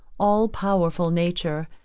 all-powerful nature,